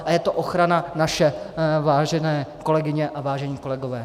A je to ochrana naše, vážené kolegyně a vážení kolegové.